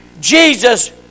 Jesus